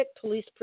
police